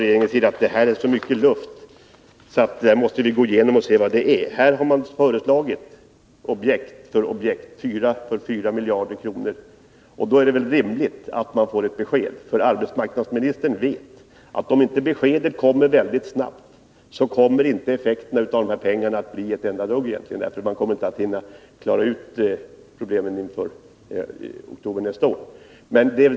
Regeringen säger att det är så mycket luft att det krävs en genomgång. Det har föreslagits objekt efter objekt på tillsammans 4 miljarder kronor. Då är det väl rimligt att det lämnas ett besked. Arbetsmarknadsministern vet, att om inte beskedet kommer mycket snart, blir det antagligen inte någon effekt alls av pengarna, eftersom man inte hinner klara ut problemen till oktober nästa år.